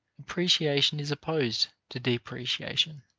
appreciation is opposed to depreciation.